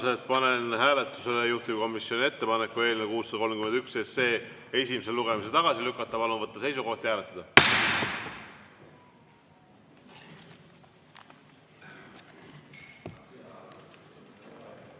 panen hääletusele juhtivkomisjoni ettepaneku eelnõu 631 esimesel lugemisel tagasi lükata. Palun võtta seisukoht ja hääletada!